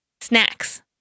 Snacks